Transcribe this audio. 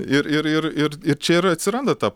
ir ir ir ir čia ir atsiranda ta